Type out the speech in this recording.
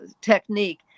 technique